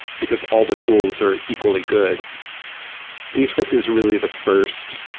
because all the tools are equally good descript is really the first